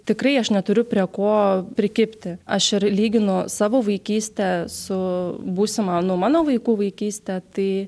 tikrai aš neturiu prie ko prikibti aš ir lyginu savo vaikystę su būsima nu mano vaikų vaikyste tai